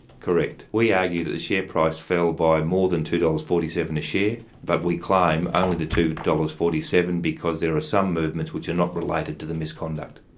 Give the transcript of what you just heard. correct. we argue that the share price fell by more than two dollars. forty seven a share, but we claim only the two dollars. forty seven because there are some movements which are not related to the misconduct.